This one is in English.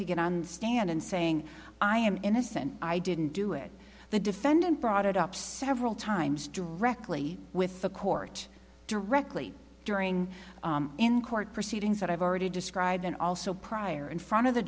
to get on the stand and saying i am innocent i didn't do it the defendant brought it up several times directly with the court directly during in court proceedings that i've already described and also prior in front of the